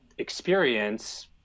experience